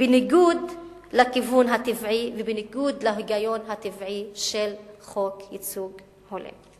בניגוד לכיוון הטבעי ובניגוד להיגיון הטבעי של חוק ייצוג הולם.